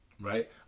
Right